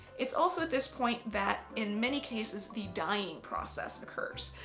it's also at this point that in many cases, the dyeing process occurs.